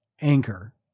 anchor